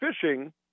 fishing